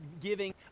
giving